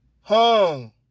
hung